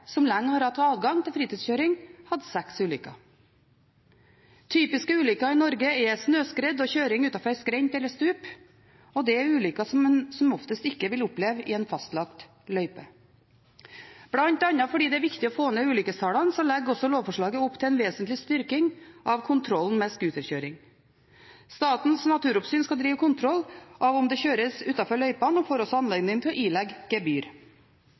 som lenge har hatt adgang til fritidskjøring, hadde seks ulykker. Typiske ulykker i Norge er snøskred og kjøring utfor skrent eller stup, og det er ulykker som en som oftest ikke vil oppleve i en fastlagt løype. Blant annet fordi det er viktig å få ned ulykkestallene, legger også lovforslaget opp til en vesentlig styrking av kontrollen med scooterkjøring. Statens naturoppsyn skal drive kontroll av om det kjøres utenfor løypene, og får også anledning til å ilegge gebyr.